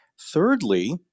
thirdly